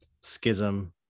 schism